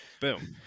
boom